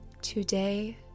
Today